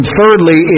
thirdly